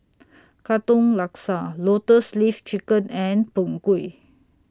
Katong Laksa Lotus Leaf Chicken and Png Kueh